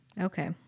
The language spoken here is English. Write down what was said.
Okay